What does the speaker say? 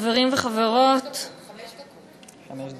חברים וחברות, חמש דקות.